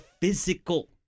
physical